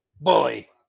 BULLY